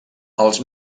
els